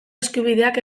eskubideak